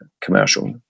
commercial